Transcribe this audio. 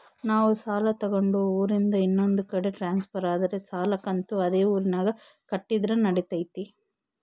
ನಾವು ಸಾಲ ತಗೊಂಡು ಊರಿಂದ ಇನ್ನೊಂದು ಕಡೆ ಟ್ರಾನ್ಸ್ಫರ್ ಆದರೆ ಸಾಲ ಕಂತು ಅದೇ ಊರಿನಾಗ ಕಟ್ಟಿದ್ರ ನಡಿತೈತಿ?